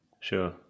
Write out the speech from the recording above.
Sure